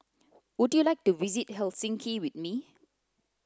would you like to visit Helsinki with me